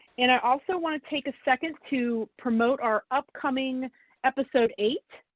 and i also wanna take a second to promote our upcoming episode eight.